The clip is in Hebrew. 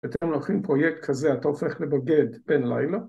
‫אתם לוקחים פרויקט כזה, ‫אתה הופך לבוגד בין לילה?